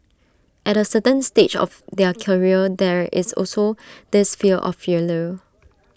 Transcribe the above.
at A certain stage of their career there is also this fear of failure